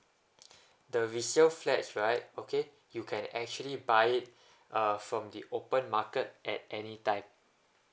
the resale flats right okay you can actually buy it from the open market at any time